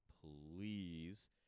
Please